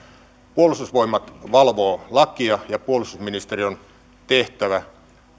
puolustusvoimat valvoo lakia ja puolustusministeriön tehtävä